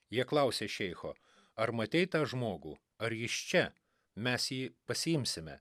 jie klausė šeicho ar matei tą žmogų ar jis čia mes jį pasiimsime